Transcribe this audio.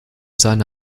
seine